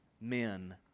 men